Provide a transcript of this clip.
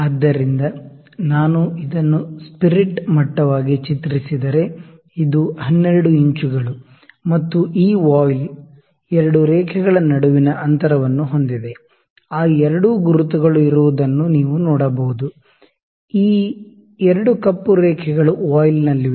ಆದ್ದರಿಂದ ನಾನು ಇದನ್ನು ಸ್ಪಿರಿಟ್ ಮಟ್ಟವಾಗಿ ಚಿತ್ರಿಸಿದರೆ ಇದು 12 ಇಂಚುಗಳು ಮತ್ತು ಈ ವಾಯ್ಲ್ 2 ರೇಖೆಗಳ ನಡುವಿನ ಅಂತರವನ್ನು ಹೊಂದಿದೆ ಆ 2 ಗುರುತುಗಳು ಇರುವುದನ್ನು ನೀವು ನೋಡಬಹುದು 2 ಕಪ್ಪು ರೇಖೆಗಳು ವಾಯ್ಲ್ನಲ್ಲಿವೆ